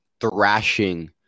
thrashing